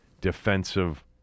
defensive